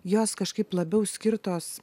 jos kažkaip labiau skirtos